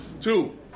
Two